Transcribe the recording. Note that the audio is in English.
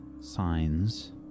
signs